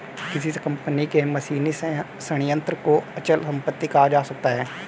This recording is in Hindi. किसी कंपनी के मशीनी संयंत्र को भी अचल संपत्ति कहा जा सकता है